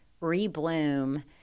re-bloom